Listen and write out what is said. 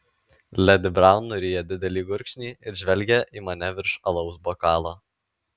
ledi braun nuryja didelį gurkšnį ir žvelgia į mane virš alaus bokalo